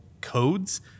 codes